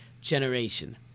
generation